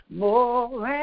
more